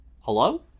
Hello